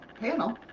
panel